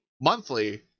monthly